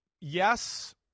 Yes